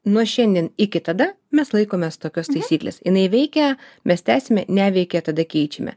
nuo šiandien iki tada mes laikomės tokios taisyklės jinai veikia mes tęsiame neveikia tada keičiame